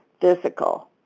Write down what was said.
physical